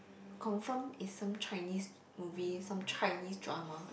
confirm is some Chinese movies some Chinese drama